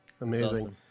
Amazing